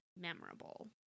memorable